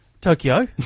Tokyo